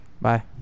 Bye